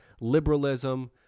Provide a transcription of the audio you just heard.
liberalism